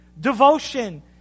devotion